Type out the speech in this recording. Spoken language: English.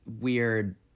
weird